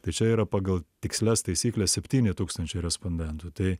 tai čia yra pagal tikslias taisykles septyni tūkstančiai respondentų tai